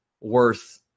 worth